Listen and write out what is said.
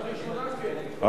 על הראשונה, כן.